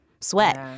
Sweat